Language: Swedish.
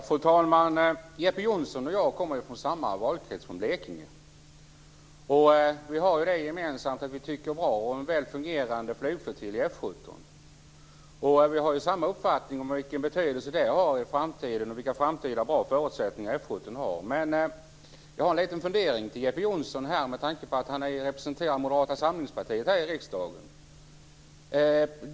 Fru talman! Jeppe Johnsson och jag kommer från samma valkrets i Blekinge. Vi har det gemensamt att vi tycker bra om en väl fungerande flygflottilj i F 17. Vi har samma uppfattning om vad det betyder i framtiden och vilka bra framtida förutsättningar F 17 har. Jag har en liten fundering till Jeppe Johnsson med tanke på att han representerar Moderata samlingspartiet här i riksdagen.